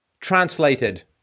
translated